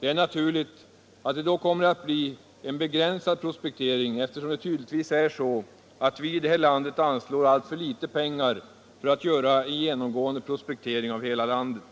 Det är naturligt att det då kommer att bli en begränsad prospektering, eftersom vi tydligen anslår alltför litet pengar för att göra en genomgående prospektering av hela landet.